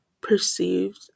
perceived